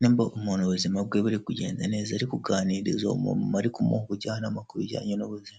nimba umuntu ubuzima bwe buri kugenda neza, ari kuganiriza ari kumuha ubujyanama ku bijyanye n'ubuzima.